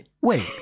wait